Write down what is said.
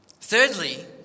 Thirdly